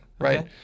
right